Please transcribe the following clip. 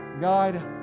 God